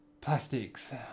Plastics